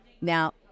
Now